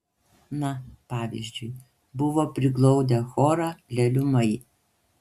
na pavyzdžiui buvo priglaudę chorą leliumai